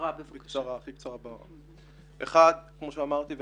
כמו שאמרתי,